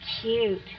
cute